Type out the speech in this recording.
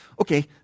Okay